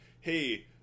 Hey